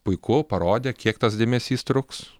puiku parodė kiek tas dėmesys truks